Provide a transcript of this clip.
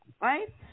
right